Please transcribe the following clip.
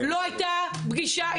לא הייתה פגישה,